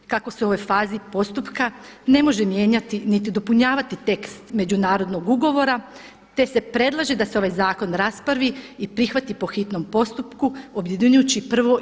Kako se u ovoj fazi postupka ne može mijenjati niti dopunjavati tekst međunarodnog ugovora, te se predlaže da se ovaj zakon raspravi i prihvati po hitnom postupku objedinjujući prvo i drugo čitanje.